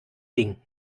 ding